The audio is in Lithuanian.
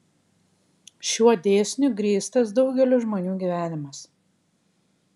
šiuo dėsniu grįstas daugelio žmonių gyvenimas